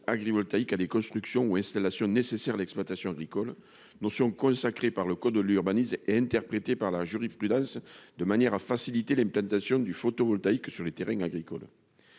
à des constructions ou installations nécessaires à l'exploitation agricole, notion consacrée par le code de l'urbanisme et interprétée par la jurisprudence de manière à faciliter l'implantation du photovoltaïque sur les terrains agricoles.